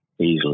easily